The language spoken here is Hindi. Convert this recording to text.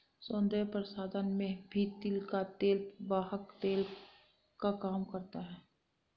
सौन्दर्य प्रसाधन में भी तिल का तेल वाहक तेल का काम करता है